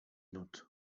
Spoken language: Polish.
nut